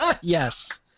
Yes